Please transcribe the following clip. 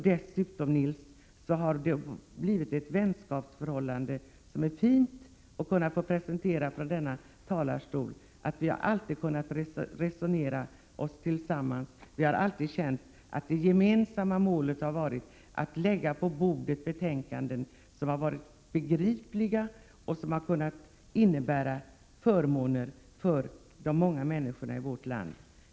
Dessutom har det, Nils Carlshamre, uppstått ett varmt vänskapsförhållande mellan oss som det känns fint att få presentera från denna talarstol. Vi har alltid kunnat resonera oss samman, vi två. Vi har alltid känt att vårt gemensamma mål har varit att framlägga betänkanden som har varit begripliga och som har medfört förmåner för många människor i vårt land.